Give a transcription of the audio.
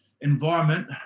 environment